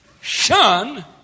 shun